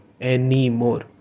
Anymore